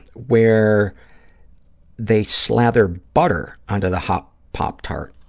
where they slather butter onto the hot pop tart,